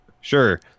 Sure